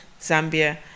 Zambia